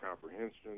comprehension